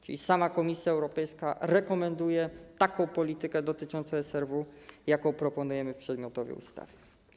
Czyli sama Komisja Europejska rekomenduje taką politykę dotyczącą SRW, jaką proponujemy w przedmiotowej ustawie.